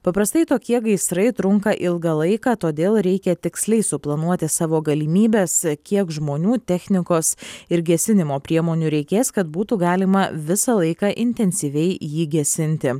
paprastai tokie gaisrai trunka ilgą laiką todėl reikia tiksliai suplanuoti savo galimybes kiek žmonių technikos ir gesinimo priemonių reikės kad būtų galima visą laiką intensyviai jį gesinti